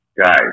guys